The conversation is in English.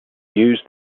use